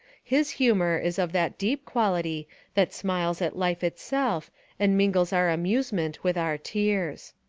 his humour is of that deep quality that smiles at life itself and mingles our amusement with our tears.